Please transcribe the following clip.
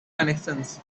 connections